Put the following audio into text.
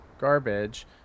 garbage